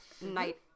Night